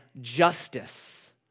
justice